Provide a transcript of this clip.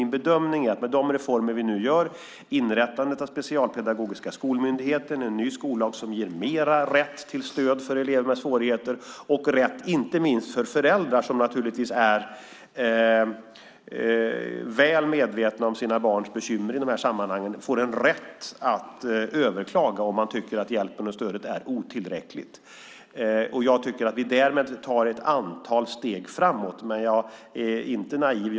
Nu genomför vi reformer: inrättandet av Specialpedagogiska skolmyndigheten, en ny skollag som ger mer rätt till stöd för elever med svårigheter och rätt inte minst för föräldrar, som naturligtvis är väl medvetna om sina barns bekymmer i de här sammanhangen, att överklaga om de tycker att hjälpen och stödet är otillräckligt. Därmed tar vi ett antal steg framåt. Det är min bedömning. Men jag är inte naiv.